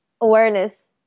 awareness